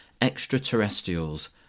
extraterrestrials